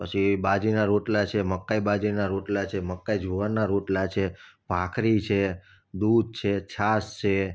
પછી બાજરીના રોટલા છે મકાઈ બાજરીના રોટલા છે મકાઈ જુવારના રોટલા છે ભાખરી છે દૂધ છે છાસ છે